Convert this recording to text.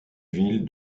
ville